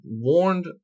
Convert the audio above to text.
warned